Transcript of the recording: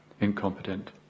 incompetent